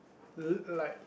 uh like